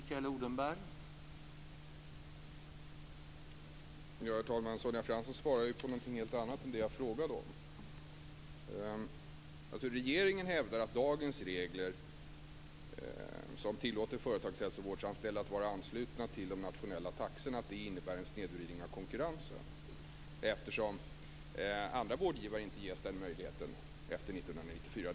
Herr talman! Sonja Fransson svarar på någonting helt annat än det som jag frågade om. Regeringen hävdar att dagens regler, som tillåter företagshälsovårdsanställda att vara anslutna till de nationella taxorna, innebär en snedvridning av konkurrensen, eftersom andra vårdgivare efter 1994 inte ges den möjligheten.